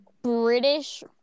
british